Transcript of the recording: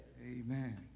Amen